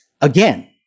Again